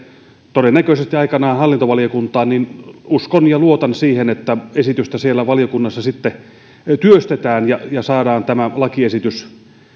todennäköisesti aikanaan hallintovaliokuntaan uskon ja luotan siihen että esitystä siellä valiokunnassa sitten työstetään ja saadaan tämä lakiesitys